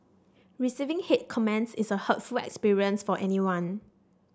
receiving hate comments is a hurtful experience for anyone